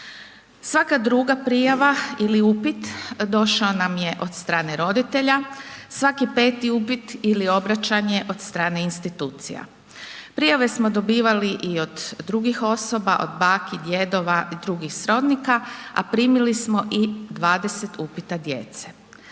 Svaka druga prijava ili upit došao nam je od strane roditelja, svaki 5 upit ili obraćanje od strane institucija. Prijave smo dobivali i od drugih osoba, od baki, djedova i drugih srodnika, a primili smo i 20 upita djece.